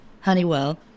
Honeywell